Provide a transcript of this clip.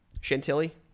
Chantilly